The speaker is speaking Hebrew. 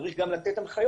צריך גם לתת הנחיות,